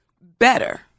better